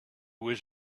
was